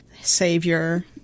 savior